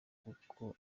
kuko